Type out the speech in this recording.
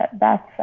back